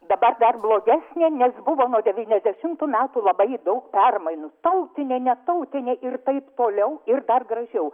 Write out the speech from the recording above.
dabar dar blogesnė nes buvo nuo devyniasdešimtų metų labai daug permainų tautinė netautinė ir taip toliau ir dar gražiau